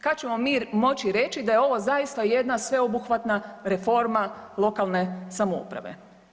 Kada ćemo mi moći reći da je ovo zaista jedna sveobuhvatna reforma lokalne samouprave?